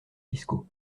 fiscaux